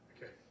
Okay